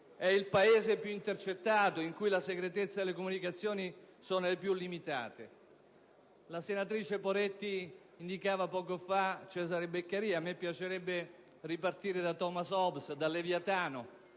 è il Paese più intercettato, in cui la segretezza delle comunicazioni è la più limitata. La senatrice Poretti ha parlato poco fa di Cesare Beccaria; a me piacerebbe ripartire da Thomas Hobbes e da «Il Leviatano»,